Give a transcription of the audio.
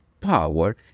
power